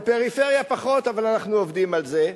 בפריפריה פחות, אבל אנחנו עובדים על זה.